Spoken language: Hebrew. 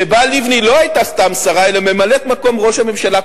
שבה לבני לא היתה סתם שרה אלא ממלאת-מקום ראש הממשלה,